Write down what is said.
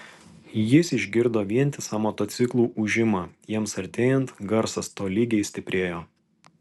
jis išgirdo vientisą motociklų ūžimą jiems artėjant garsas tolygiai stiprėjo